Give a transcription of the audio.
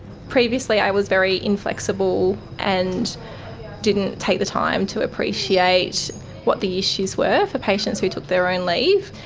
previously i was very inflexible and didn't take the time to appreciate what the issues were for patients who took their own leave.